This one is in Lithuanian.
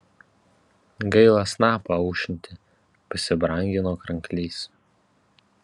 gaila snapą aušinti pasibrangino kranklys